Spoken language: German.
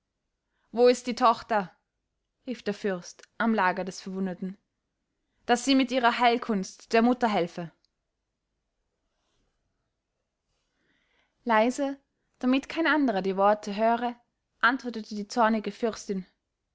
wo ist die tochter rief der fürst am lager des verwundeten daß sie mit ihrer heilkunst der mutter helfe leise damit kein anderer die worte höre antwortete die zornige fürstin